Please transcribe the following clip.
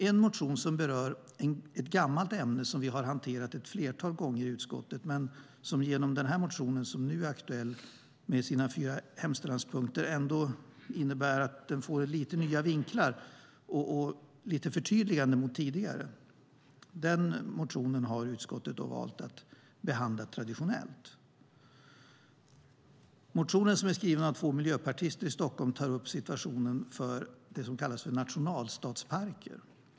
En motion berör ett gammalt ämne som vi har hanterat ett flertal gånger i utskottet, men den motion som nu är aktuell, med sina fyra förslagspunkter, ger ändå frågan lite nya vinklar och innebär lite förtydliganden gentemot tidigare. Den motionen har utskottet valt att behandla traditionellt. Motionen, som är skriven av två miljöpartister i Stockholm, tar upp situationen för det som kallas nationalstadsparker.